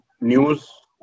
news